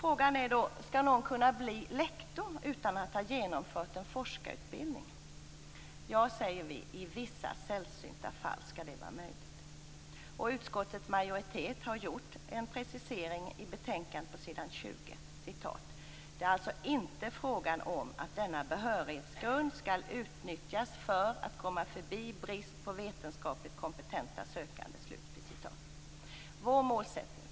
Frågan är: Skall någon kunna bli lektor utan att ha genomfört en forskarutbildning? Ja, säger vi, i vissa sällsynta fall skall det vara möjligt. Utskottets majoritet har gjort en precisering i betänkandet på s. 20: "Det är alltså inte fråga om att denna behörighetsgrund skall utnyttjas för att komma förbi brist på vetenskapligt kompetenta sökande."